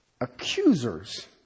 accusers